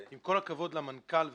עם כל הכבוד למנכ"ל,